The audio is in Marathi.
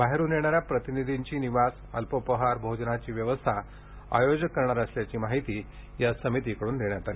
बाहेरून येणाऱ्या प्रतिनिधींची निवास अल्पोपहार भोजनाची व्यवस्था आयोजक करणार असल्याची माहिती संयोजन समितीकडून देण्यात आली